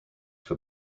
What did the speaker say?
for